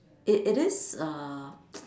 it it is err